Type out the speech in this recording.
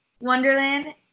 Wonderland